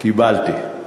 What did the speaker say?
קיבלתי.